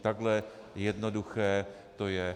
Takhle jednoduché to je.